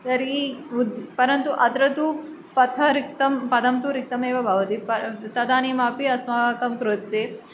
तर्हि उद् परन्तु अत्र तु पदरिक्तं पदं तु रिक्तमेव भवति तदानीमपि अस्माकं कृते